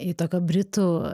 į tokio britų